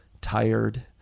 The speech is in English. tired